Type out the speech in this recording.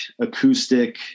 acoustic